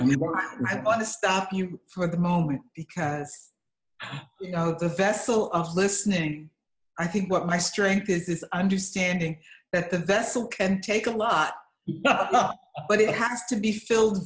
and we want to stop you for the moment because you know the vessel of listening i think what my strength is is understanding that the vessel can take a lot but it has to be fill